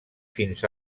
fins